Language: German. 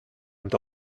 und